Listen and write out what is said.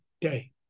day